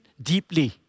deeply